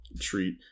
treat